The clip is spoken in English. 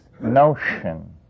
notion